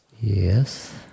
Yes